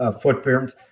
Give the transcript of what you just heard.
footprint